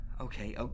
Okay